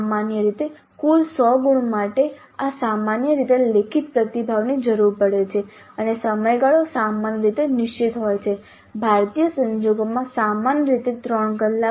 સામાન્ય રીતે કુલ 100 ગુણ માટે અને સામાન્ય રીતે લેખિત પ્રતિભાવની જરૂર પડે છે અને સમયગાળો સામાન્ય રીતે નિશ્ચિત હોય છે ભારતીય સંજોગોમાં સામાન્ય રીતે 3 કલાક